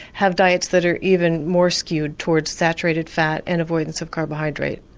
have diets that are even more skewed towards saturated fats and avoidance of carbohydrate.